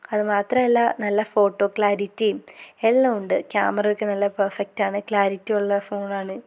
അത് മാത്രമല്ല നല്ല ഫോട്ടോ ക്ളാരിറ്റീം എല്ലാം ഉണ്ട് ക്യാമറയൊക്കെ നല്ല പെർഫെക്റ്റ് ആണ് ക്ലാരിറ്റി ഒള്ള ഫോണാണ്